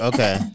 Okay